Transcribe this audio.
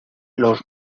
los